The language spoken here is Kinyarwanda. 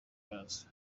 yazo